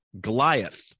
Goliath